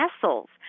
vessels